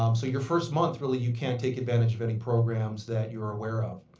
um so your first month really you can't take advantage of any programs that you're aware of.